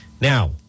Now